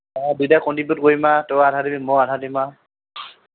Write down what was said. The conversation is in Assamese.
অ দুয়োটাই কনটিবিউট কৰিম আৰু তয়ো আধা দিবি ময়ো আধা দিম আৰু